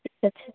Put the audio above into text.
ঠিক আছে